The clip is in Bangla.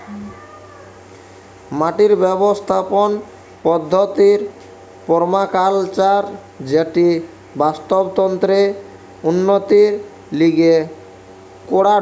মাটির ব্যবস্থাপনার পদ্ধতির পার্মাকালচার যেটি বাস্তুতন্ত্রের উন্নতির লিগে করাঢু